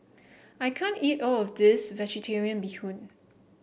I can't eat all of this vegetarian Bee Hoon